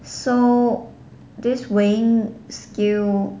so this weighing scale